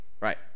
Right